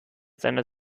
seiner